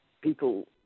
people